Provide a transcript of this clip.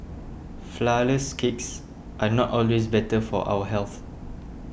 Flourless Cakes are not always better for our health